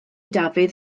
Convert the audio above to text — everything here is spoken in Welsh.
dafydd